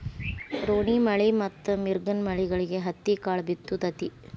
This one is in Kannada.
ರೋಣಿಮಳಿ ಮತ್ತ ಮಿರ್ಗನಮಳಿಗೆ ಹತ್ತಿಕಾಳ ಬಿತ್ತು ತತಿ